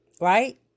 right